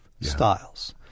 styles